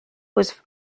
was